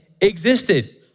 existed